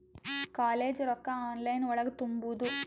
College ರೊಕ್ಕ online ಒಳಗ ತುಂಬುದು?